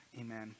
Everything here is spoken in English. Amen